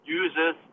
uses